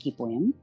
poem